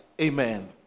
Amen